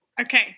Okay